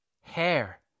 Hair